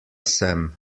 sem